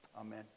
Amen